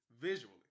Visually